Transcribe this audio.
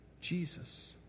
Jesus